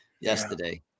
yesterday